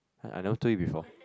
I never do it before